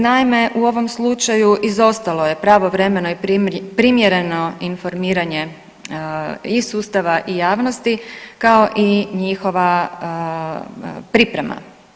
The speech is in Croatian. Naime, u ovom slučaju izostalo je pravovremeno i primjereno informiranje i sustava i javnosti, kao i njihova priprema.